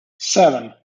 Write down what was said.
seven